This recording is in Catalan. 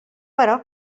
però